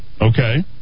okay